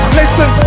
listen